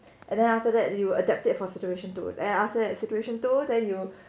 and then after that you will adapt it for situation two then after that situation two